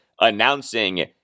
announcing